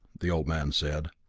the old man said.